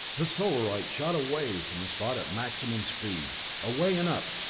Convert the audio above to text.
the solarite shot away from the spot at maximum speed away and up,